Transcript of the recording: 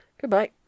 Goodbye